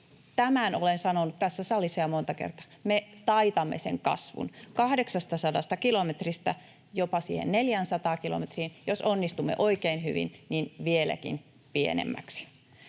Tämän olen sanonut tässä salissa jo monta kertaa: me taitamme sen kasvun 800 kilometristä jopa siihen 400 kilometriin, ja jos onnistumme oikein hyvin, niin vieläkin pienemmäksi.